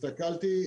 הסתכלתי,